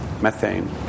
methane